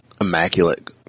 immaculate